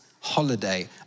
holiday